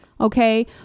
Okay